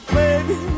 baby